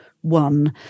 one